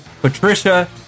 Patricia